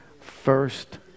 First